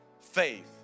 faith